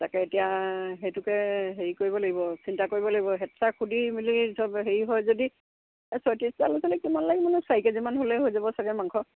তাকে এতিয়া সেইটোকে হেৰি কৰিব লাগিব চিন্তা কৰিব লাগিব হেড ছাৰক সুধি মেলি ধ হেৰি হয় যদি ছয়ত্ৰিছটা লৰা ছোৱালীক কিমান লাগিবনো এই কেজিমান হ'লেই হৈ যাব চাগে মাংস